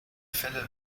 fälle